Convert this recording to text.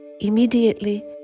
Immediately